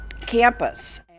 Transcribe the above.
campus